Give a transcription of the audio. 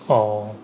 orh